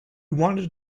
wanted